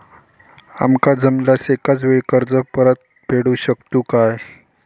आमका जमल्यास एकाच वेळी कर्ज परत फेडू शकतू काय?